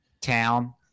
town